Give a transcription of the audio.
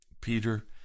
Peter